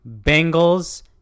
Bengals